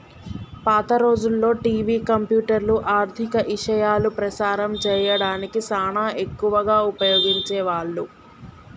పాత రోజుల్లో టివి, కంప్యూటర్లు, ఆర్ధిక ఇశయాలు ప్రసారం సేయడానికి సానా ఎక్కువగా ఉపయోగించే వాళ్ళు